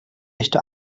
echte